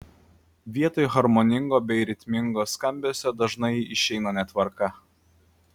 vietoj harmoningo bei ritmingo skambesio dažnai išeina netvarka